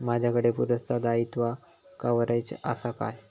माजाकडे पुरासा दाईत्वा कव्हारेज असा काय?